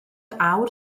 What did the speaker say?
awr